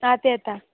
आं आतां येता